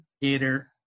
Gator